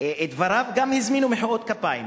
דבריו גם הזמינו מחיאות כפיים,